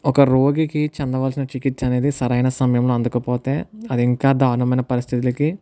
ఒక రోగికి అందవలసిన చికిత్స అనేది సరైన సమయంలో అందకపోతే అది ఇంకా దారుణమైన పరిస్థితికి